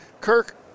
Kirk